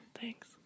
Thanks